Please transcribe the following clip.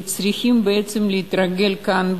וצריכים בעצם להתרגל כאן,